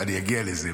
אני אגיע לזה.